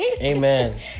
Amen